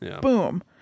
boom